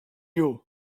you